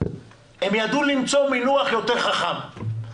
הם ידעו למצוא מינוח יותר חכם,